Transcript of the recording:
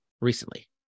recently